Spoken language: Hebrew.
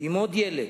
ועם עוד ילד,